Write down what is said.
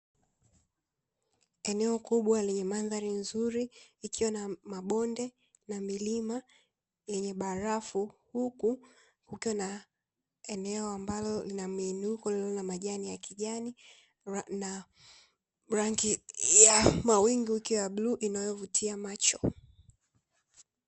Eneo kubwa lenye mandhari nzuri ikiwa na mabonde na milima yenye barafu, huku kukiwa na eneo ambalo lina muiinuko lililo na majani ya kijani na rangi ya mawingu ikiwa ya bluu inayovutia macho.